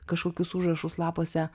kažkokius užrašus lapuose